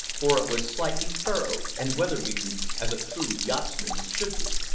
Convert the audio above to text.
for it was slightly furrowed and weather-beaten as a true yachtsman's should be.